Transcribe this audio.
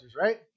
right